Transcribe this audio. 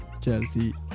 Chelsea